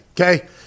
Okay